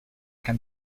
can